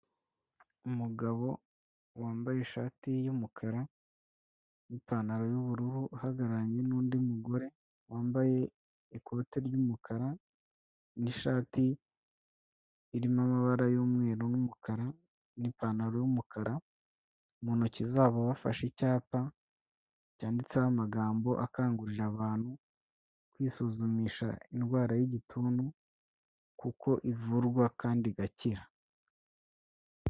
Umugabo wambaye ishati y'umukara n'ipantaro y'ubururu, uhagararanye n'undi mugore wambaye ikote ry'umukara n'ishati irimo amabara y'umweru n'umukara, n'ipantaro y'umukara, mu ntoki zabo bafashe icyapa cyanditseho amagambo akangurira abantu kwisuzumisha indwara y'igituntu kuko ivurwa kandi igakira.